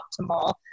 optimal